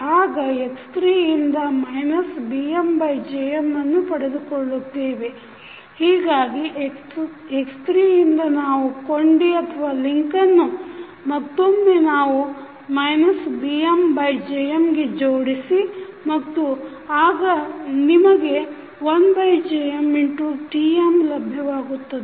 ಆಗ x3 ಯಿಂದ BmJm ಅನ್ನು ಪಡೆದುಕೊಳ್ಳುತ್ತೇವೆ ಹೀಗಾಗಿ x3 ಯಿಂದ ನಾವು ಕೊಂಡಿ ಯನ್ನು ಮತ್ತೊಮ್ಮೆ ನಾವು BmJm ಗೆ ಜೋಡಿಸಿ ಮತ್ತು ಆಗ ನಿಮಗೆ 1JmTm ಲಭ್ಯವಾಗುತ್ತದೆ